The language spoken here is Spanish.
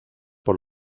por